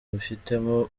bifitemo